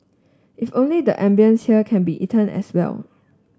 if only the ambience here can be eaten as well